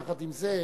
עם זה,